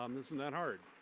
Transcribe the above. um isn't that hard.